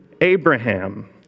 Abraham